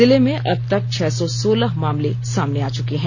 जिले में अबतक छह सौ सोलह मामले आ चुके हैं